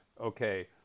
Okay